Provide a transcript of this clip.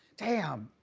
damn.